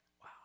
wow